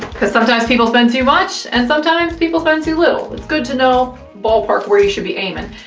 cause sometimes people spend too much, and sometimes people spend too little. it's good to know, ballpark, where you should be aiming.